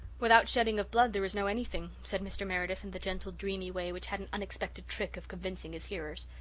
without shedding of blood there is no anything, said mr. meredith, in the gentle dreamy way which had an unexpected trick of convincing his hearers.